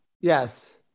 Yes